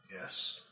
Yes